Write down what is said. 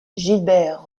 gilbert